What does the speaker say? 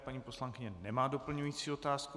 Paní poslankyně nemá doplňující otázku.